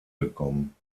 gekommen